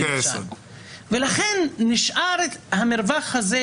לכן נשאר המרווח הזה.